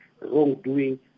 wrongdoing